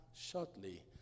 shortly